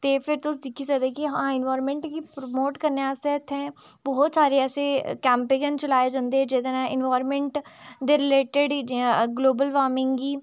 ते फिर तुस दिक्खी सकदे कि एनवायरमेंट गी प्रमोट करने आस्तै इ'त्थें बहोत सारे ऐसे कैंपेन चलाये जंदे जेह्दे कन्नै एनवायरमेंट दे रिलेटेड जि'यां ग्लोबल वार्मिंग गी